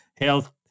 health